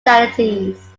charities